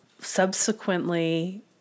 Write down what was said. subsequently